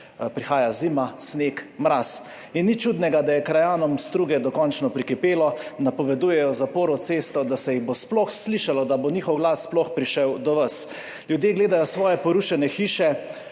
prihaja zima, sneg, mraz in nič čudnega, da je krajanom Struge dokončno prekipelo. Napovedujejo zaporo ceste, da se jih bo sploh slišalo, da bo njihov glas sploh prišel do vas. Ljudje gledajo svoje porušene hiše